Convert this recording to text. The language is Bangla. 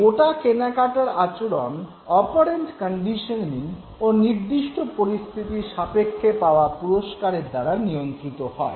এই গোটা কেনাকাটার আচরণ অপারেন্ট কন্ডিশনিং ও নির্দিষ্ট পরিস্থিতির সাপেক্ষে পাওয়া পুরস্কারের দ্বারা নিয়ন্ত্রিত হয়